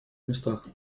местах